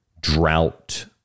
drought